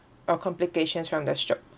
or complications from the stroke